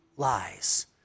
Lies